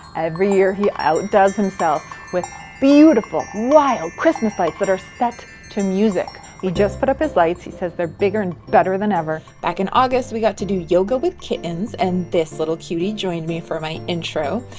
every year he outdoes himself with beautiful, wild, christmas lights that are set to music. he just put up his lights, he says they're bigger and better than ever. back in august we got to do yoga with kittens and this little cutie joined me for my intro.